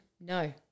No